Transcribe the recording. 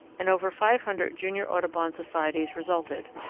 and over five hundred junior audubon societies resulted,